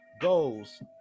goals